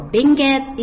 Binget